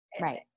Right